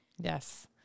yes